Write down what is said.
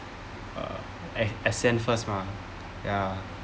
uh a~ ascend first mah ya